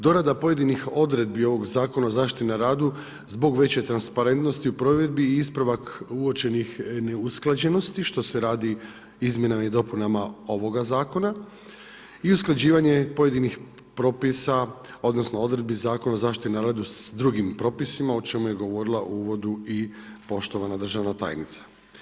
Dorada poradi odredbi ovog zakona o zaštiti na radu, zbog veće transparentnosti u provedbi i ispravak uopćenih neusklađenosti, što se radi izmjenama i dopunama ovoga zakona i usklađivanje pojedinih propisa, odnosno, odredbi Zakona o zaštiti na radu s drugim propisima, o čemu je govorila u uvodu i poštovana držana tajnica.